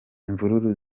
imvururu